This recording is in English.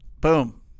Boom